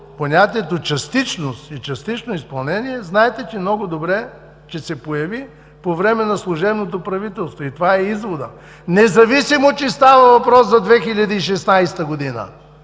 понятията „частичност“ и „частично изпълнение“ знаете много добре, че се появиха по време на служебното правителство. Това е изводът, независимо че става въпрос за 2016 г.